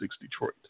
Detroit